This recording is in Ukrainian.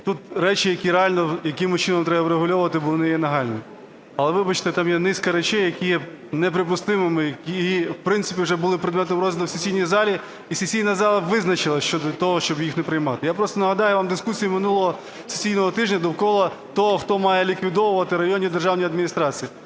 Тут речі, які реально якимось чином треба врегульовувати, бо вони є нагальними. Але вибачте, там є низка речей, які є неприпустимими, і в принципі, вже були предметом розгляду в сесійній залі. І сесійна зала визначилась щодо того, щоб їх не приймати. Я просто нагадаю вам дискусію минулого сесійного тижня довкола того, хто має ліквідовувати районні державні адміністрації.